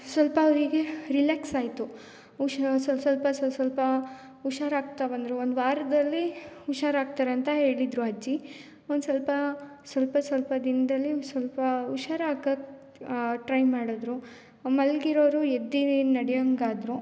ಸ್ವಲ್ಪ ಅವರಿಗೆ ರಿಲೆಕ್ಸ್ ಆಯ್ತು ಹುಶ ಸೊಸೊಲ್ಪ ಸೊಸೊಲ್ಪ ಹುಷಾರಾಗ್ತಾ ಬಂದ್ರು ಒಂದು ವಾರದಲ್ಲಿ ಹುಷಾರಾಗ್ತಾರೆ ಅಂತ ಹೇಳಿದ್ರು ಅಜ್ಜಿ ಒಂದ್ಸಲ್ಪ ಸ್ವಲ್ಪ ಸ್ವಲ್ಪ ದಿನದಲ್ಲಿ ಸ್ವಲ್ಪ ಹುಷಾರಾಗೋಕ್ಕೆ ಟ್ರೈ ಮಾಡಿದ್ರು ಮಲಗಿರೋರು ಎದ್ದು ನಡೆಯೊಂಗಾದ್ರು